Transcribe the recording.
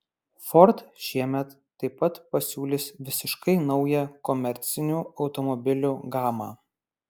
ford šiemet taip pat pasiūlys visiškai naują komercinių automobilių gamą